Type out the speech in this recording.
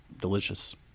delicious